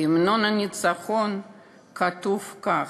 בהמנון הניצחון כתוב כך: